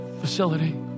facility